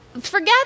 forget